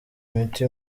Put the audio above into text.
imiti